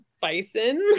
bison